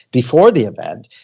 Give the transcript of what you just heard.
before the event.